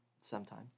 sometime